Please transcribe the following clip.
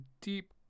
deep